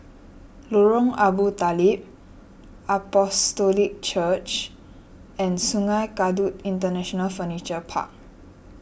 Lorong Abu Talib Apostolic Church and Sungei Kadut International Furniture Park